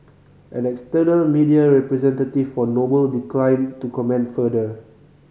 an external media representative for Noble declined to comment further